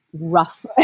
rough